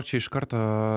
čia iš karto